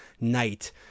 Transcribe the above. night